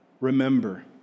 remember